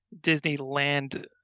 Disneyland